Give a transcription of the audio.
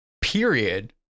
period